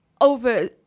over